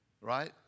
Right